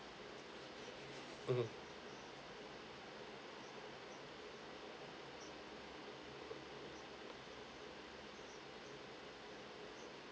mmhmm